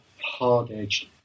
hard-edged